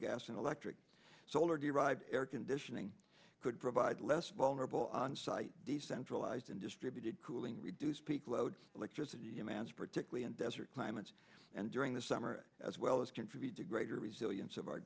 gas and electric solar derives air conditioning could provide less vulnerable onsite decentralized and distributed cooling reduce peak load electricity man's particularly in desert climates and during the summer as well as contribute to greater resilience of our